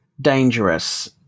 dangerous